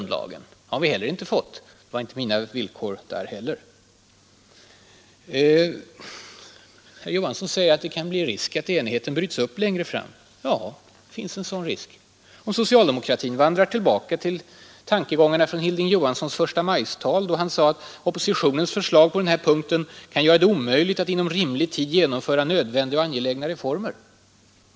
Det har vi heller inte fått. Det blev ingen uppgörelse på mina villkor där heller. Vidare sade herr Johansson att det kan föreligga risk för att enigheten bryts upp längre fram. Ja, det finns en sådan risk — om socialdemokratin vandrar tillbaka till tankegångarna från Hilding Johanssons förstamajtal, då han sade att oppositionens förslag på denna punkt kan göra det ”omöjligt att inom rimlig tid genomföra nödvändiga och angelägna reformer”.